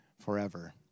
forever